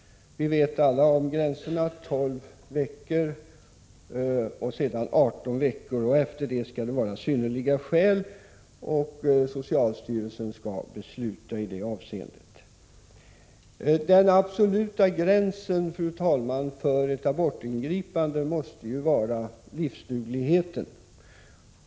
Vi känner alla till gränserna: 12 veckor och sedan 18 veckor. Därefter krävs det synnerliga skäl, och socialstyrelsen skall besluta i det avseendet. Den absoluta gränsen för ett abortingripande måste sättas av livsdugligheten.